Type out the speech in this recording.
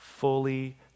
fully